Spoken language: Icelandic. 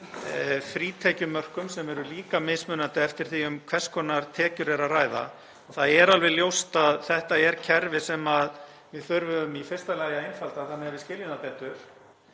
frítekjumörkum sem eru líka mismunandi eftir því um hvers konar tekjur er að ræða. Það er alveg ljóst að þetta er kerfi sem við þurfum í fyrsta lagi að einfalda þannig að við skiljum það betur.